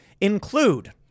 include